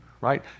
right